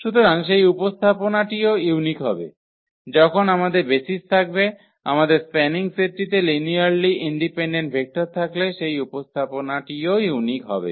সুতরাং সেই উপস্থাপনাটিও ইউনিক হবে যখন আমাদের বেসিস থাকবে আমাদের স্প্যানিং সেটটিতে লিনিয়ালি ইন্ডিপেন্ডেন্ট ভেক্টর থাকলে সেই উপস্থাপনাটিও ইউনিক হবে